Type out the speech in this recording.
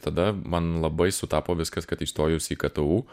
tada man labai sutapo viskas kad įstojus į ktu